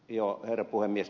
herra puhemies